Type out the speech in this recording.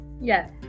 yes